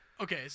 Okay